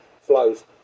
flows